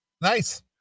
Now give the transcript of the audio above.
Nice